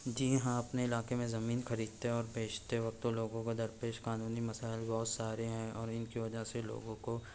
جی ہاں اپنے علاقے میں زمین خریدتے اور بیچتے وقت تو لوگوں کو درپیش قانونی مسائل بہت سارے ہیں اور ان کی وجہ سے لوگوں کو